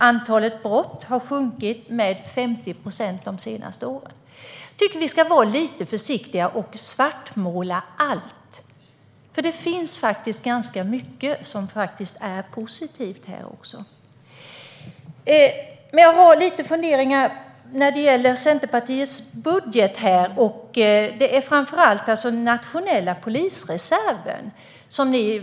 Antalet brott har sjunkit med 50 procent de senaste åren. Jag tycker att vi ska vara lite försiktiga med att svartmåla allt. Det finns faktiskt ganska mycket som är positivt. Jag har lite funderingar när det gäller Centerpartiets budget och framför allt den nationella polisreserven.